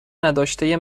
نداشته